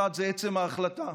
האחד זה עצם ההחלטה,